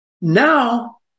Now